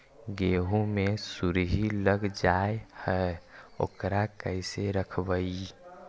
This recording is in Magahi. गेहू मे सुरही लग जाय है ओकरा कैसे रखबइ?